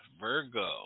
Virgo